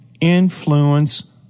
influence